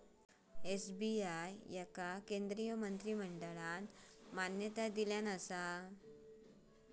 SBI याका केंद्रीय मंत्रिमंडळान मान्यता दिल्यान होता